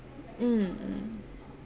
mm mm